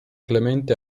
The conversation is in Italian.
clemente